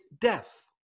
death